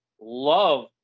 love